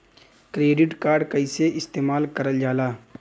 Credit card कईसे इस्तेमाल करल जाला?